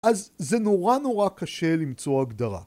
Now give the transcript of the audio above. ‫אז זה נורא נורא קשה למצוא הגדרה.